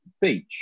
beach